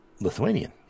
lithuanian